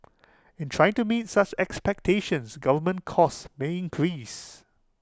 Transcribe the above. in trying to meet such expectations government costs may increase